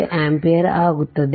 25 ampere ಆಗುತ್ತದೆ